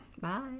Bye